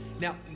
Now